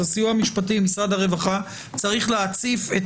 אז הסיוע המשפטי ממשרד הרווחה צריך להציף את